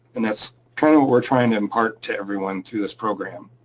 and that's kinda what we're trying to impart to everyone through this program.